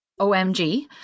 OMG